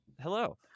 Hello